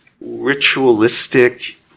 ritualistic